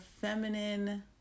feminine